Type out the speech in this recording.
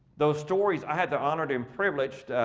those stories i had the honor doing privileged.